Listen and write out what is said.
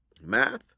math